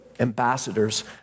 ambassadors